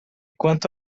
quanto